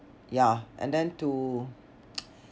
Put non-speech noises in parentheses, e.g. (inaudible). ya and then to (noise)